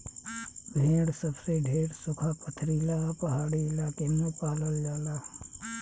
भेड़ सबसे ढेर सुखा, पथरीला आ पहाड़ी इलाका में पालल जाला